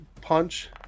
punch